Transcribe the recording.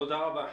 תודה רבה.